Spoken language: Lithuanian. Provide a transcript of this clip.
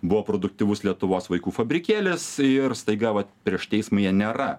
buvo produktyvus lietuvos vaikų fabrikėlis ir staiga vat prieš teismą jie nėra